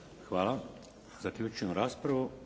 Hvala. Zaključujem raspravu.